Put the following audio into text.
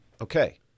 okay